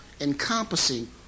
encompassing